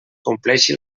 compleixi